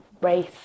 race